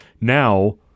now